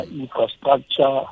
infrastructure